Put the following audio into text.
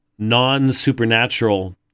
non-supernatural